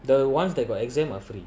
the ones that got exam are free